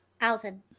Alvin